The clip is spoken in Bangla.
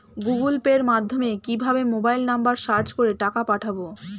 গুগোল পের মাধ্যমে কিভাবে মোবাইল নাম্বার সার্চ করে টাকা পাঠাবো?